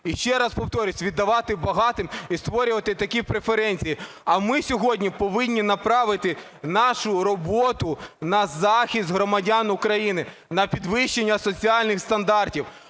і, ще раз повторюю, віддавати багатим і створювати такі преференції. А ми сьогодні повинні направити нашу роботу на захист громадян України, на підвищення соціальних стандартів,